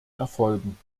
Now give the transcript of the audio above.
erfolgen